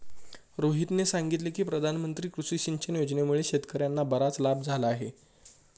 रोहितने सांगितले की प्रधानमंत्री कृषी सिंचन योजनेमुळे शेतकर्यांना बराच लाभ झाला आहे